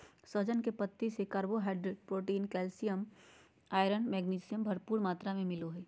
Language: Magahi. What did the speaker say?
सहजन के पत्ती से carbohydrate, protein, calcium, potassium, iron, magnesium, भरपूर मात्रा में मिलो हइ